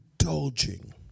Indulging